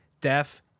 deaf